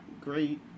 great